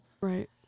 Right